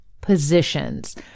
positions